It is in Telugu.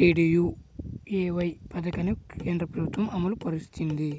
డీడీయూఏవై పథకాన్ని కేంద్రప్రభుత్వం అమలుపరిచింది